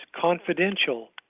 confidential